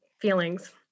feelings